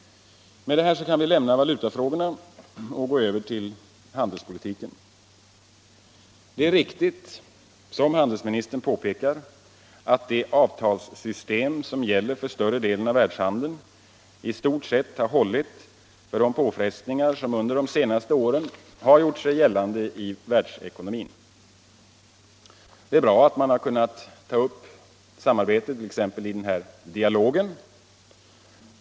Med det här kan vi lämna valutafrågorna och gå över till handelspolitiken. Det är riktigt, som handelsministern påpekade, att det avtalssystem som gäller för större delen av världshandeln i stort sett hållit för de påfrestningar som under de senaste åren gjort sig gällande i världsekonomin. Det är exempelvis bra att man har kunnat ta upp samarbetet i den s.k. dialogen.